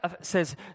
says